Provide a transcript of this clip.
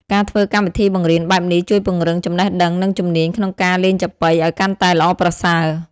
ការធ្វើកម្មវិធីបង្រៀនបែបនេះ ជួយពង្រឹងចំណេះដឹង និងជំនាញក្នុងការលេងចាបុីអោយកាន់តែល្អប្រសើរ។